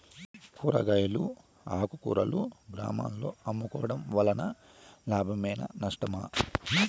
కూరగాయలు ఆకుకూరలు గ్రామాలలో అమ్ముకోవడం వలన లాభమేనా నష్టమా?